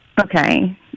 Okay